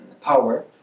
power